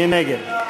מי נגד?